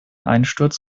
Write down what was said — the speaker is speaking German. einsturz